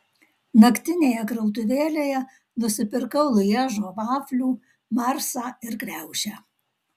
naktinėje krautuvėlėje nusipirkau lježo vaflių marsą ir kriaušę